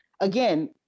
again